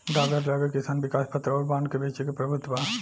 डाकघर लगे किसान विकास पत्र अउर बांड के बेचे के प्रभुत्व बा